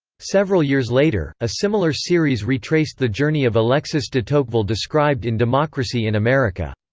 several years later, a similar series retraced the journey of alexis de tocqueville described in democracy in america.